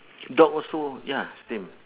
dog also ya same